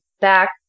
back